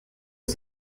ist